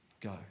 go